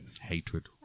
Hatred